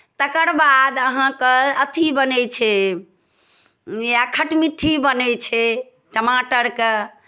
तकर बाद अहाँके अथि बनै छै इएह खटमिट्ठी बनै छै टमाटरके